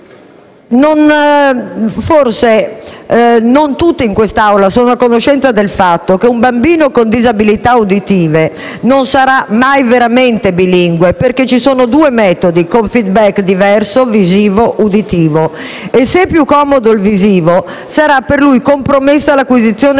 Non tutti forse in quest'Aula sono a conoscenza del fatto che una bambino con disabilità uditive non sarà mai veramente bilingue, perché ci sono due metodi con *feedback* diversi, visivo e uditivo. Se è più comodo il visivo, sarà per lui compromessa l'acquisizione della